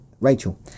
Rachel